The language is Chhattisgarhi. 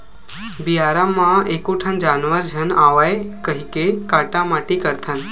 बियारा म एको ठन जानवर झन आवय कहिके काटा माटी करथन